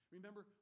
Remember